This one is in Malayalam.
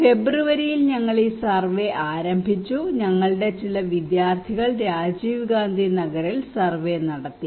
ഫെബ്രുവരിയിൽ ഞങ്ങൾ ഈ സർവേ ആരംഭിച്ചു ഞങ്ങളുടെ ചില വിദ്യാർത്ഥികൾ രാജീവ് ഗാന്ധി നഗറിൽ സർവേ നടത്തി